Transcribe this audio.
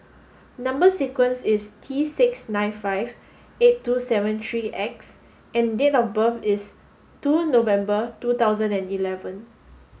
number sequence is T six nine five eight two seven three X and date of birth is two November two thousand and eleven